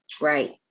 Right